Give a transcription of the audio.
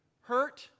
hurt